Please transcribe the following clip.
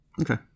okay